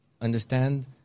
Understand